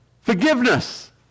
Forgiveness